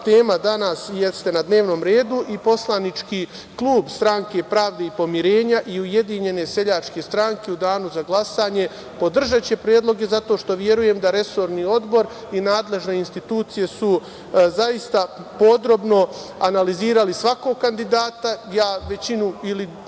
tema danas jeste na dnevnom redu i poslanički klub Stranke pravde i pomirenja i Ujedinjene seljačke stranke u danu za glasanje podržaće predloge zato što verujem da resorni odbor i nadležne institucije su zaista podrobno analizirali svakog kandidata. Većinu ili